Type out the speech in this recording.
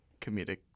comedic